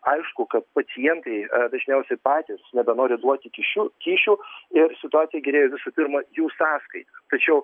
aišku kad pacientai dažniausiai patys nebenori duoti kyšių kyšių ir situacija gerėja visų pirma jų sąskaita tačiau